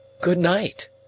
good-night